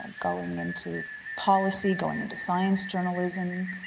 and going into policy, going into science journalism,